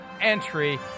entry